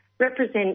represent